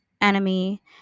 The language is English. enemy